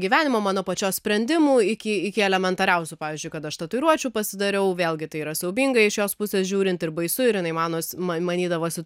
gyvenimo mano pačios sprendimu iki iki elementariausių pavyzdžiui kad aš tatuiruočių pasidariau vėlgi tai yra siaubinga iš jos pusės žiūrint ir baisu ir jinai manos ma manydavosi